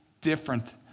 different